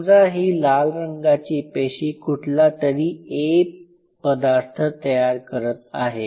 समजा ही लाल रंगाची पेशी कुठलातरी "A" पदार्थ तयार करत आहे